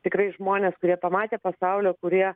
tikrai žmonės kurie pamatę pasaulio kurie